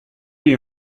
you